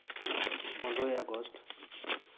ᱯᱚᱱᱨᱳᱭ August